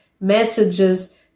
messages